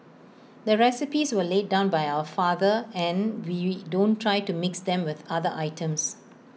the recipes were laid down by our father and we don't try to mix them with other items